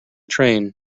train